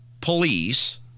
police